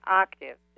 octave